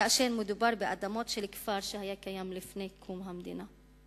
כאשר מדובר באדמות של כפר שהיה קיים לפני קום המדינה?